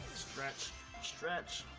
stretch stretch